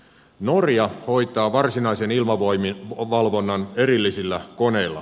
norja hoitaa varsinaisen ilmavalvonnan erillisillä koneilla